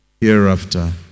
hereafter